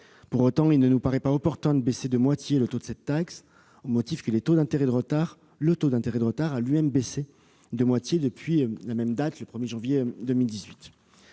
Pour autant, il ne nous paraît pas opportun de baisser de moitié le taux de cette taxe au motif que le taux d'intérêt de retard a lui-même baissé de moitié au 1 janvier 2018.